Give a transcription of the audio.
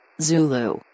Zulu